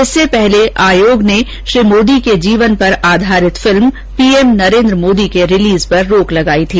इससे पहले आयोग ने श्री मोदी के जीवन पर आधारित फिल्म पीएम नरेन्द्र मोदी के रिलीज पर रोक लगाई थी